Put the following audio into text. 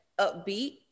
upbeat